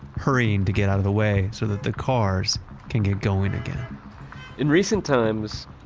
hurrying to get out of the way so that the cars can get going again in recent times,